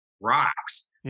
rocks